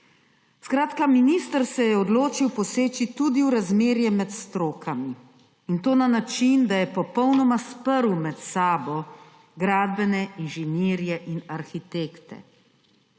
Skratka, minister se je odločil poseči tudi v razmerje med strokami, in to na način, da je med sabo popolnoma sprl gradbene inženirje in arhitekte.